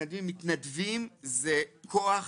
מתנדבים זה כוח.